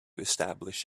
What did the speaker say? establish